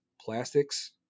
plastics